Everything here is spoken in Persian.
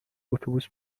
اتوبوس